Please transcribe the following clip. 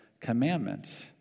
commandments